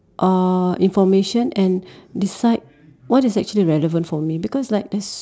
uh information and decide what is actually relevant for me because like